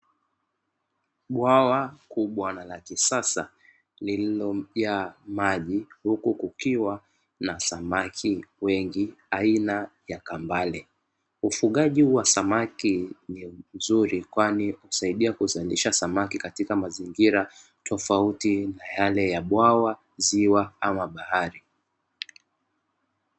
Bwawa kubwa na la kisasa lililojaa maji, huku kukiwa na samaki wengi aina ya kambale. Ufugaji huu wa samaki ni mzuri kwani husaidia kuzalisha samaki katika mazingira tofauti na yale ya bwawa, ziwa ama bahari.